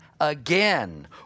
again